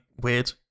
weird